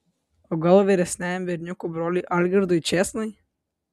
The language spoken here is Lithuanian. o gal vyresniajam berniukų broliui algirdui čėsnai